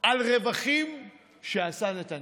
על רווחים שעשה נתניהו.